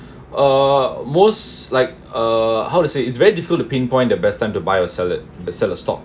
uh most like uh how to say it's very difficult to pinpoint the best time to buy or sell it the sell of stock